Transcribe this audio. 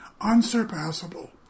unsurpassable